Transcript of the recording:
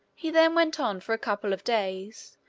he then went on for a couple of days,